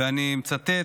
ואני מצטט,